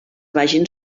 vagin